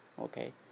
okay